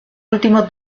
último